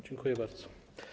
Dziękuję bardzo.